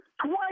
twice